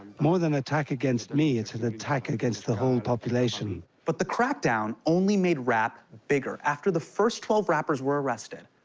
more than attack against me, it's an attack against the whole population. but the crackdown only made rap bigger. after the first twelve rappers were arrested,